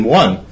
one